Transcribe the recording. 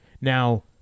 Now